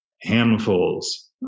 handfuls